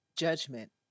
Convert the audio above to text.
Judgment